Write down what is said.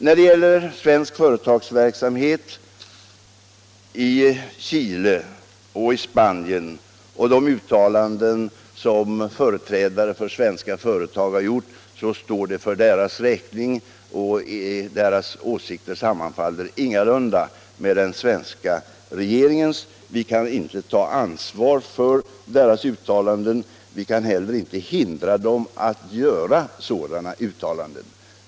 När det gäller svensk företagsverksamhet i Chile och i Spanien och de uttalanden som företrädare för svenska företag har gjort står dessa uttalanden för deras räkning, och deras åsikter sammanfaller ingalunda med den svenska regeringens. Vi kan inte ta ansvar för deras uttalanden, men vi kan heller inte förhindra att de gör sådana uttalanden.